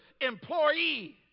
employee